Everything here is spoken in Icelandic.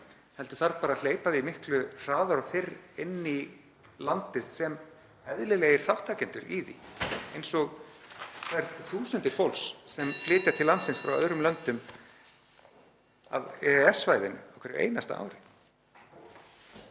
Það þarf bara að hleypa því miklu hraðar og fyrr inn í landið sem eðlilegum þátttakendum í því eins og þeim þúsundum fólks sem flytja til landsins frá öðrum löndum af EES-svæðinu á hverju einasta ári.